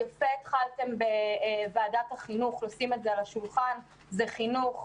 זה יפה שהתחלתם לשים את זה על השולחן של ועדת החינוך,